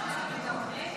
אני אתחיל בסוף.